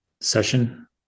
session